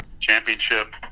championship